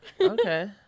Okay